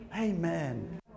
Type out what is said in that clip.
Amen